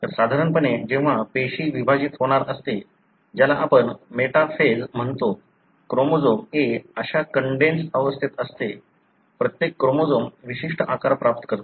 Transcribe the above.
तर साधारणपणे जेव्हा पेशी विभाजित होणार असते ज्याला आपण मेटाफेज म्हणतो क्रोमोझोम a अशा कंडेन्सड अवस्थेत असते प्रत्येक क्रोमोझोम विशिष्ट आकार प्राप्त करतो